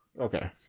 Okay